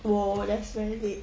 !wow! that's very late